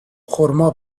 خرما